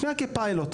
שיהיה כפיילוט,